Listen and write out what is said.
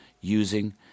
using